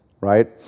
right